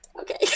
Okay